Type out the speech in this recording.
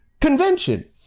convention